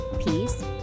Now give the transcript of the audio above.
peace